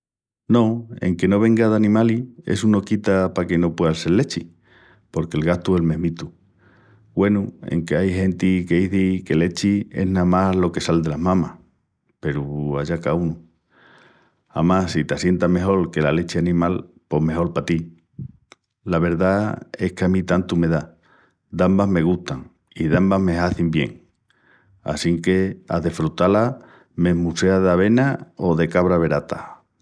No, enque no venga d'animalis essu no quita paque no puea sel lechi porque'l gastu es el mesmitu. Güenu, enque ai genti qu'izi que lechi es namás lo que sal delas mamas. Peru allá caúnu. Amás si t'assienta mejol que la lechi animal pos mejol pa ti. La verdá es qu'a mí tantu me da. Dambas me gustan i dambas me hazin bien assínque a desfrutá-las mesmu sea d'avena o de cabra verata.